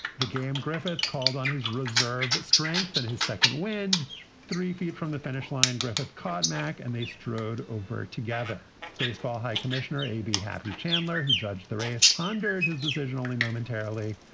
the game griffith called on his reserve strength and his second wind three feet from the finish line. griffith called mac and they strode over together baseball high commissioner, a happy chandler who judged the rays, pondered his decision only momentarily.